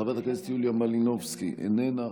חברת הכנסת יוליה מלינובסקי, איננה.